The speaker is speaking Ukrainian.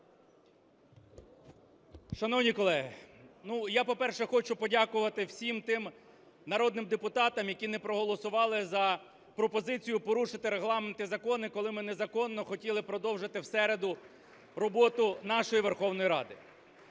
Шановні колеги, я, по-перше, хочу подякувати всім тим народним депутатам, які не проголосували за пропозицію порушити Регламент і закони, коли ми незаконно хотіли продовжити в середу роботу нашої Верховної Ради.